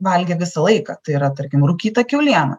valgė visą laiką tai yra tarkim rūkytą kiaulieną